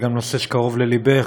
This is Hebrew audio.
זה גם נושא שקרוב ללבך,